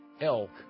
elk